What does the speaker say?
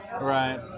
Right